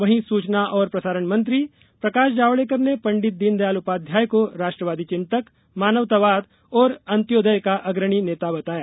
वहीं सूचना और प्रसारण मंत्री प्रकाश जावडेकर ने पंडित दीनदयाल उपाध्याय को राष्ट्रवादी चिंतक मानवतावाद और अंत्योदय का अग्रणी नेता बताया